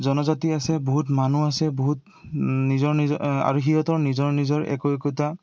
জনজাতি আছে বহুত মানুহ আছে বহুত নিজৰ নিজৰ আৰু সিহঁতৰ নিজৰ নিজৰ একো একোটা